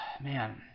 Man